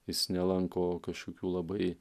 jis nelanko kažkokių labai